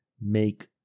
make